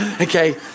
Okay